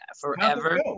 forever